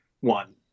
one